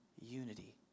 unity